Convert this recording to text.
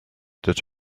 that